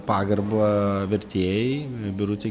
pagarbą vertėjai birutei